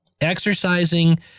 exercising